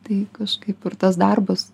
tai kažkaip ir tas darbas